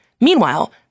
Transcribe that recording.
Meanwhile